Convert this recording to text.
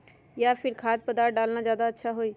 या फिर खाद्य पदार्थ डालना ज्यादा अच्छा होई?